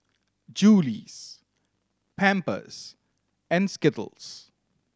Julie's Pampers and Skittles